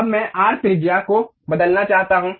अब मैं आर्क त्रिज्या को बदलना चाहता हूं